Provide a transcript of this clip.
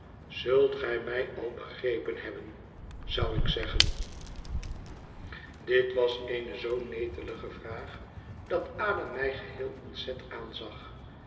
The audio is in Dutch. zult gij mij al begrepen hebben zou ik zeggen dit was eene zoo netelige vraag dat ada mij geheel ontzet aanzag